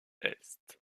est